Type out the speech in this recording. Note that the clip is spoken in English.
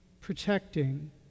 protecting